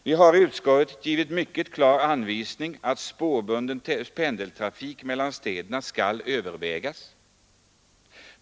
Vi har i utskottet givit mycket klar anvisning att spårbunden pendeltrafik mellan städerna skall övervägas.